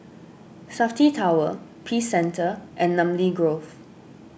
Safti Tower Peace Centre and Namly Grove